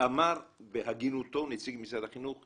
אמר בהגינותו נציג משרד החינוך,